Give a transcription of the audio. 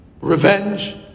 revenge